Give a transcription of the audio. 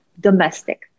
domestic